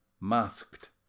masked